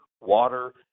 water